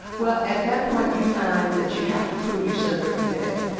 well, at that point you find that you have to prove yourself every day.